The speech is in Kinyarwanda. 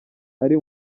ari